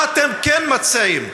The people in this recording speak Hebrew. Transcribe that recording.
מה אתם כן מציעים.